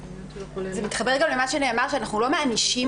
זה מתחבר גם למה שנאמר שאנחנו לא מענישים